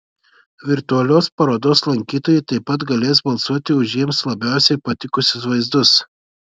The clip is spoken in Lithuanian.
virtualios parodos lankytojai taip pat galės balsuoti už jiems labiausiai patikusius vaizdus